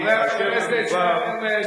חבר הכנסת שי חרמש.